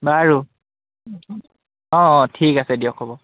বাৰু অঁ অঁ ঠিক আছে দিয়ক হ'ব